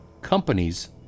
Companies